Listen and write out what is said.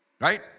Right